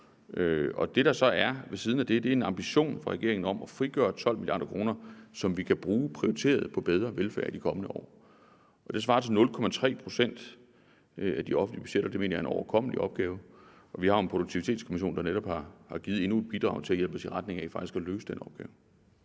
det, der så er ved siden af det, er en ambition fra regeringens side om at frigøre 12 mia. kr., som vi kan bruge prioriteret på bedre velfærd i de kommende år. Og det svarer til 0,3 pct. af de offentlige budgetter, og det mener jeg er en overkommelig opgave. Og vi har jo en Produktivitetskommission, der netop har givet endnu et bidrag til at hjælpe os i retning af faktisk at løse den opgave.